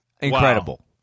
Incredible